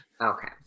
Okay